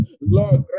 Lord